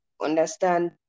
understand